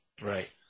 right